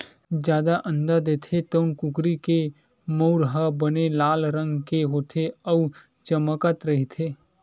जादा अंडा देथे तउन कुकरी के मउर ह बने लाल रंग के होथे अउ चमकत रहिथे